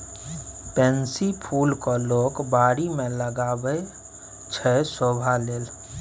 pansy फुल केँ लोक बारी मे लगाबै छै शोभा लेल